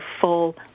full